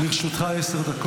לרשותך עשר דקות.